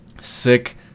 Sick